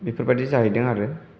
बेफोरबायदि जाहैदों आरो